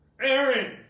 Aaron